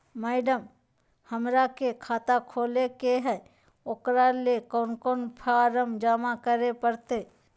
Madam, हमरा के खाता खोले के है उकरा ले कौन कौन फारम जमा करे परते?